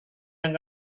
yang